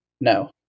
no